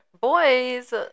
Boys